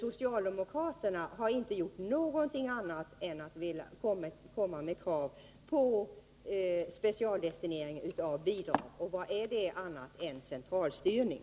Socialdemokraterna har inte gjort någonting annat än att komma med krav på specialdestinering av bidrag — och vad är det, annat än centralstyrning?